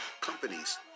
companies